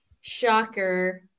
Shocker